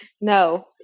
no